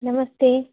नमस्ते